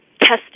testing